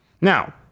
Now